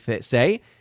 say